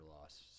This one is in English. loss